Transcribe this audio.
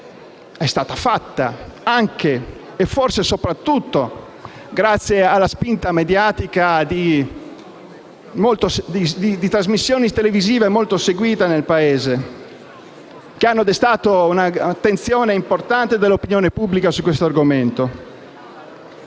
è stata fatta anche e forse soprattutto grazie alla spinta mediatica di trasmissioni televisive molto seguite nel Paese che hanno destato l'attenzione importante dell'opinione pubblica su questo argomento.